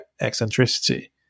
eccentricity